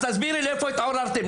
אז למה התעוררתם?